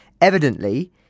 Evidently